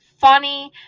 funny